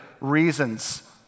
reasons